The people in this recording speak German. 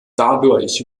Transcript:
dadurch